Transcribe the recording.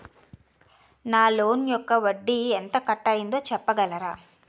నా లోన్ యెక్క వడ్డీ ఎంత కట్ అయిందో చెప్పగలరా?